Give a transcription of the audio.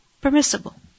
permissible